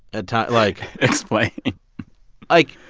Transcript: at times, like. explain like,